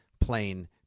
plain